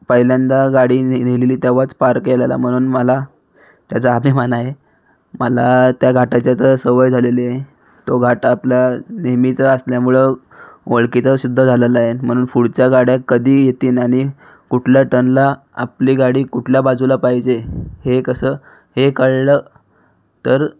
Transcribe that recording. पहिल्यांदा गाडी नेलेली तेव्हाच पार केलेला म्हणून मला त्याचा अभिमान आहे मला त्या घाटाची आता सवय झालेली आहे तो घाट आपला नेहमीचा असल्यामुळं ओळखीचा सुद्धा झालेला आहे म्हणून पुढच्या गाड्या कधीही येतील आणि कुठल्या टर्नला आपली गाडी कुठल्या बाजूला पाहिजे हे कसं हे कळलं तर